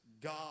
God